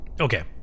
Okay